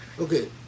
Okay